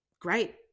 great